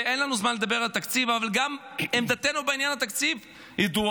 ואין לנו זמן לדבר על התקציב אבל גם עמדתנו בעניין התקציב ידועה: